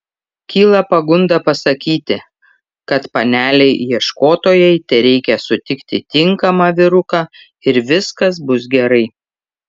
kyla pagunda pasakyti kad panelei ieškotojai tereikia sutikti tinkamą vyruką ir viskas bus gerai